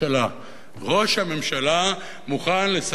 ראש הממשלה מוכן לסכן את האיש הזה,